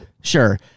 sure